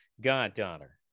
goddaughter